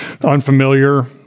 unfamiliar